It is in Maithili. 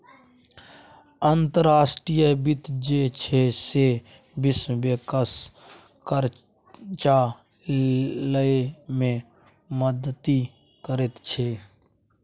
अंतर्राष्ट्रीय वित्त जे छै सैह विश्व बैंकसँ करजा लए मे मदति करैत छै